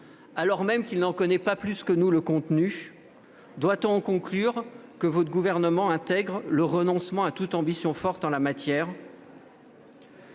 alors même qu'il n'en connaît pas plus que nous le contenu ? Doit-on en conclure, monsieur le ministre, que le Gouvernement intègre le renoncement à toute ambition forte en la matière ?